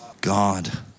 God